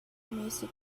music